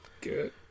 Good